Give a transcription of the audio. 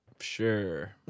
sure